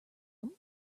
him